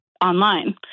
online